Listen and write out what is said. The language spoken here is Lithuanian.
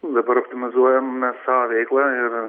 dabar optimizuojam mes savo veiklą ir